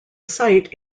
site